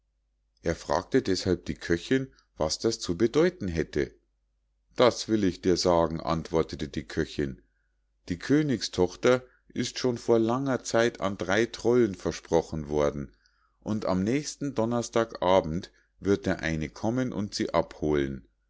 er fragte deßhalb die köchinn was das zu bedeuten hätte das will ich dir sagen antwortete die köchinn die königstochter ist schon vor langer zeit an drei trollen versprochen worden und am nächsten donnerstag abend wird der eine kommen und sie abholen